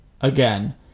again